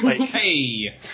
hey